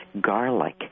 garlic